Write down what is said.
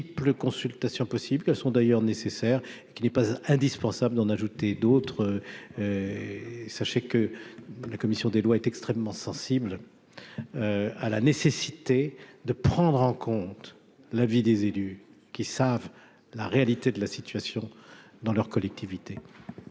consultations possible qu'elles sont d'ailleurs nécessaire, qui n'est pas indispensable d'en ajouter d'autres, sachez que la commission des lois, est extrêmement sensible à la nécessité de prendre en compte l'avis des élus qui savent la réalité de la situation dans leur collectivité.